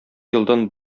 елдан